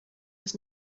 was